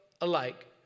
alike